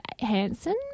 Hansen